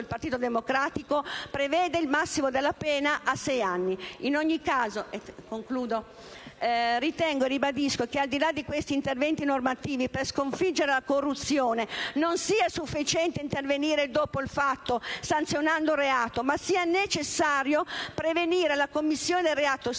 il Partito Democratico prevede il massimo della pena a sei anni. In ogni caso - e concludo - ritengo e ribadisco che, al di là di questi interventi normativi, per sconfiggere la corruzione non sia sufficiente intervenire dopo il fatto, sanzionando un reato, ma sia necessario prevenire la commissione del reato stesso.